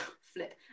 Flip